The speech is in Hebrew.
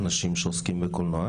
אנשים שעוסקים בקולנוע,